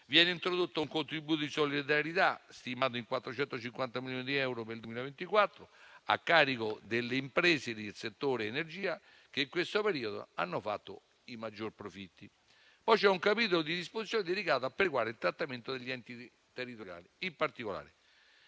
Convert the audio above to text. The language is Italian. Viene introdotto un contributo di solidarietà, stimato in 450 milioni di euro per il 2024, a carico delle imprese del settore energia che in questo periodo hanno fatto i maggior profitti. Poi c'è un capitolo di disposizioni dedicato a perequare il trattamento degli enti territoriali. In particolare,